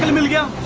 we'll go